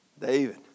David